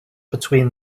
between